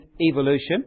evolution